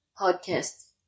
Podcast